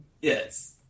Yes